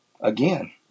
Again